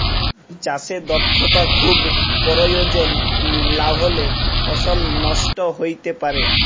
চাষে দক্ষতা খুব পরয়োজল লাহলে ফসল লষ্ট হ্যইতে পারে